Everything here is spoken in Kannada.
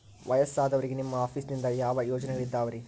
ವಯಸ್ಸಾದವರಿಗೆ ನಿಮ್ಮ ಆಫೇಸ್ ನಿಂದ ಯಾವ ಯೋಜನೆಗಳಿದಾವ್ರಿ?